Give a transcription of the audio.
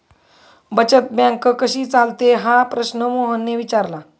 बचत बँक कशी चालते हा प्रश्न मोहनने विचारला?